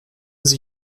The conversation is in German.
sie